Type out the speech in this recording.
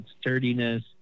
sturdiness